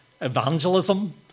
evangelism